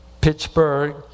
Pittsburgh